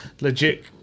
legit